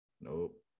nope